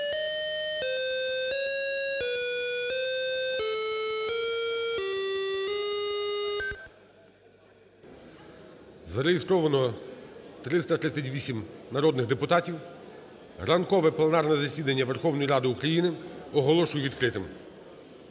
Зареєстровано 338 народних депутатів. Ранкове пленарне засідання Верховної Ради України оголошую відкритим.